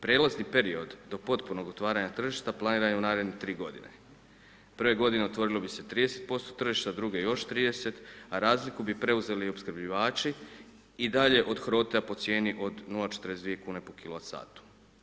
Prijelazni period do potpunog otvaranja tržišta planiran je u naredne 3 g. prve g. otvorilo bi se 30% tržišta, druge još 30 a razliku bi preuzeli opskrbljivači i dalje od hrota po cijeni od 0,42 kn po kilovat satu.